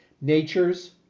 Nature's